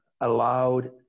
allowed